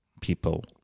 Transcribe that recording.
people